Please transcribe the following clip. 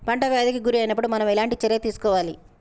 పంట వ్యాధి కి గురి అయినపుడు మనం ఎలాంటి చర్య తీసుకోవాలి?